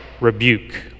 rebuke